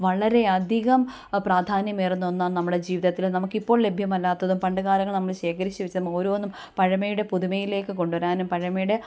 വളരെയധികം പ്രാധാന്യമേറുന്ന ഒന്നാണ് നമ്മുടെ ജീവിതത്തിൽ നമുക്കിപ്പോൾ ലഭ്യമല്ലാത്തതും പണ്ട് കാലങ്ങൾ നമ്മൾ ശേഖരിച്ച് വെച്ചിരുന്ന ഓരോന്നും പഴമയുടെ പുതുമയിലേക്ക് കൊണ്ടുവരാനും പഴമയുടെ